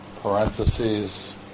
parentheses